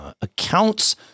accounts